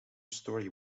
story